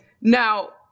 Now